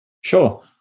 Sure